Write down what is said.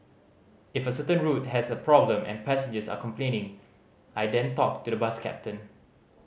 if a certain route has a problem and passengers are complaining I then talk to the bus captain